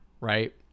right